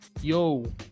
yo